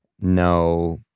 no